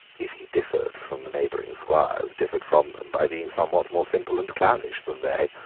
if he differed from the neighbouring squires, differed from them by being somewhat more simple and clownish than they.